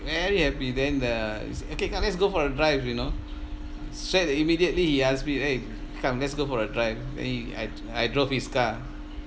very happy then the he said okay come let's go for a drive you know straight immediately he asked me eh come let's go for a drive then he I I drove his car